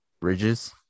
bridges